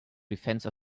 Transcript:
defense